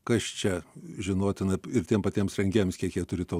kas čia žinotina ir tiem patiems rengėjams kiek jie turi to